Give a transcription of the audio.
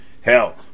Hell